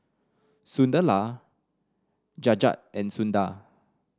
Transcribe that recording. Sunderlal Jagat and Sundar